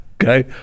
okay